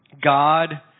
God